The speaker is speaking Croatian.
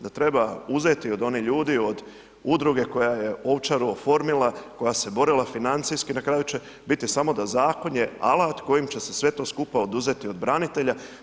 Da treba uzeti od onih ljudi, od udruge koja je Ovčaru oformila koja se borila financijski, na kraju će biti samo da zakon je alat kojim će se sve to skupa oduzeti od branitelja.